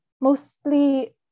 mostly